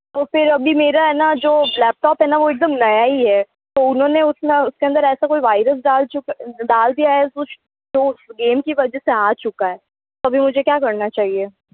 तो फिर अभी मेरा है ना जो लैपटॉप है ना वो एकदम नया ही है तो उन्होंने उसके अंदर ऐसा कोई वाइरस डाल चुका है डाल दिया है कुछ तो गेम की वजह से आ चुका है अभी मुझे क्या करना चाहिए